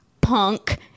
punk